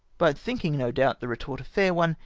but thinking, no doubt, the retort a fair one,